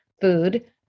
food